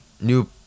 new